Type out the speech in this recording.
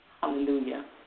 Hallelujah